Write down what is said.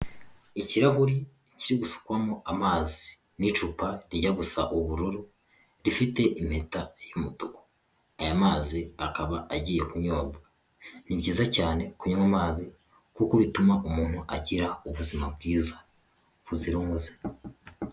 Ikirahuri kigusukwamo amazi n'icupa rijya gusa ubururu, rifite impeta y'umutuku aya mazi akaba agiye kunyobwa, ni byiza cyane kunywa amazi kuko bituma umuntu agira ubuzima bwiza buzira umuze.